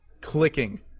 clicking